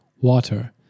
water